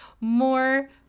more